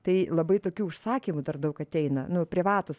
tai labai tokių užsakymų dar daug ateina nu privatūs